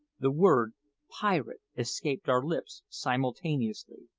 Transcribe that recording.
the word pirate escaped our lips simultaneously.